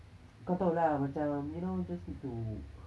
kau tahu lah macam you know just need to